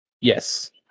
Yes